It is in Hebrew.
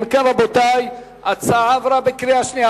אם כן, רבותי, ההצעה עברה בקריאה שנייה.